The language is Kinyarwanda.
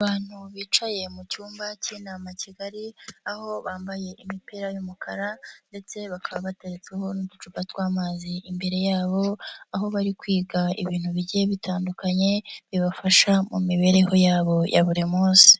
Abantu bicaye mu cyumba cy'inama kigari, aho bambaye imipira y'umukara ndetse bakaba bateretseho n'ducupa tw'amazi imbere yabo, aho bari kwiga ibintu bigiye bitandukanye, bibafasha mu mibereho yabo ya buri munsi.